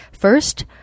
First